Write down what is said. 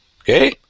Okay